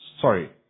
Sorry